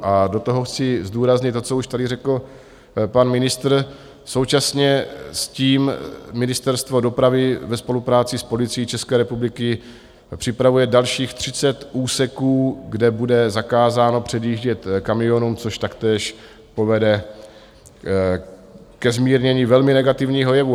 A do toho chci zdůraznit to, co už tady řekl pan ministr, současně s tím Ministerstvo dopravy ve spolupráci s Policií České republiky připravuje dalších 30 úseků, kde bude kamionům zakázáno předjíždět, což taktéž povede ke zmírnění velmi negativního jevu.